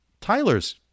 Tyler's